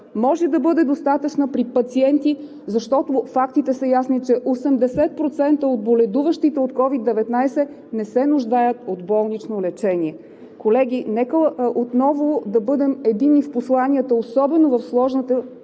може да бъде достатъчна при пациенти, защото фактите са ясни, че 80% от боледуващите от COVID-19 не се нуждаят от болнично лечение. Колеги, нека отново да бъдем единни в посланията – особено в сложната